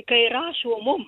kai rašo mum